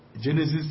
Genesis